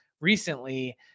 recently